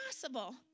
possible